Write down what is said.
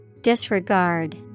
Disregard